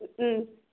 ம்